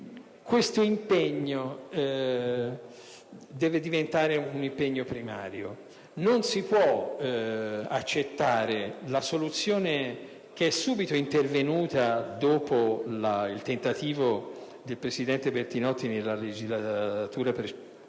Questo impegno deve diventare primario. Non si può accettare la soluzione intervenuta dopo il tentativo operato dal presidente Bertinotti nella legislatura precedente